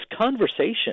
conversation